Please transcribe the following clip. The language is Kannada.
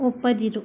ಒಪ್ಪದಿರು